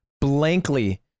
Blankly